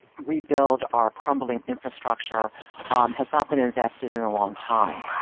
rebuild our crumbling infrastructure has not been invested in a long time,